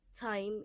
time